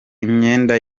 imyenda